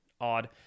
odd